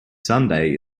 sunday